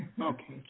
Okay